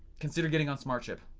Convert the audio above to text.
consider getting on smartship.